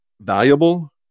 valuable